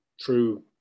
true